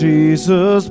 Jesus